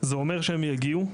זה אומר שהם יגיעו,